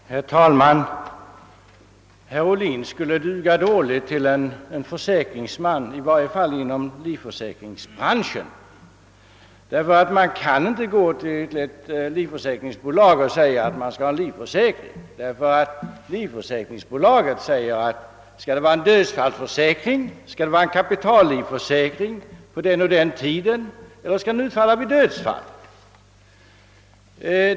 Herr talman! Herr Ohlin skulle duga dåligt till försäkringsman, i varje fall inom livförsäkringsbranschen. Man kan nämligen inte gå till ett livförsäkringsbolag och säga att man skall ha en livförsäkring. I så fall frågar bolaget: Skall det vara en dödsfallsförsäkring eller en kapitallivförsäkring för den och den tiden?